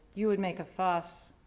you would make a fuss.